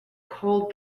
called